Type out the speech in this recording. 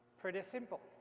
pretty simple.